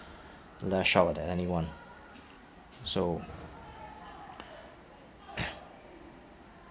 lash out at anyone so